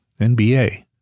NBA